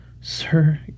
Sir